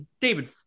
david